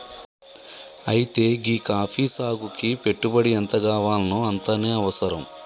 అయితే గీ కాఫీ సాగుకి పెట్టుబడి ఎంతగావాల్నో అంతనే అవసరం